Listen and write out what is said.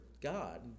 God